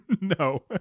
No